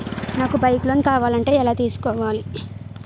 నాకు bike loan కావాలంటే ఎలా తీసుకోవాలి?